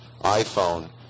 iPhone